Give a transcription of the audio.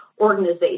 organization